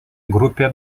grupė